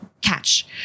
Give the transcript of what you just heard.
catch